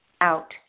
out